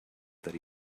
that